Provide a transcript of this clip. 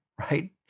right